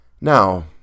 Now